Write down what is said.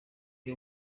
the